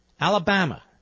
Alabama